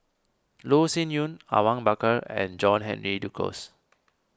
Loh Sin Yun Awang Bakar and John Henry Duclos